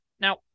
Now